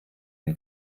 den